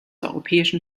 europäischen